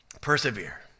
Persevere